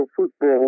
football